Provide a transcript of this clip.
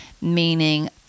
meaning